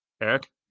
Eric